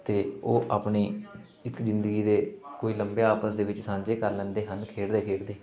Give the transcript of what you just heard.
ਅਤੇ ਉਹ ਆਪਣੀ ਇੱਕ ਜ਼ਿੰਦਗੀ ਦੇ ਕੋਈ ਲਮ੍ਹੇ ਆਪਸ ਦੇ ਵਿੱਚ ਸਾਂਝੇ ਕਰ ਲੈਂਦੇ ਹਨ ਖੇਡਦੇ ਖੇਡਦੇ